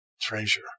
treasure